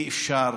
אי-אפשר